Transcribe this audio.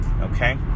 Okay